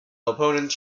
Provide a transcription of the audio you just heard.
opponents